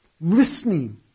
listening